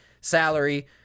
salary